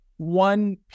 one